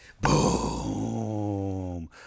Boom